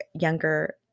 younger